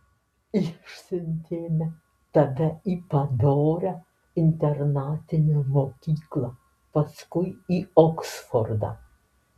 išsiuntėme tave į padorią internatinę mokyklą paskui į oksfordą